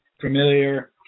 familiar